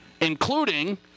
including